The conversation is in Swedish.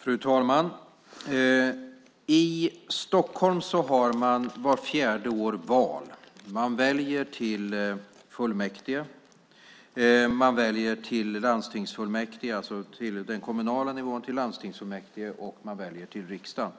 Fru talman! I Stockholm har man vart fjärde år val. Man väljer till kommunfullmäktige. Man väljer till landstingsfullmäktige och man väljer till riksdagen.